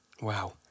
Wow